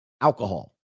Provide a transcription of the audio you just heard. alcohol